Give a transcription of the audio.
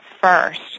first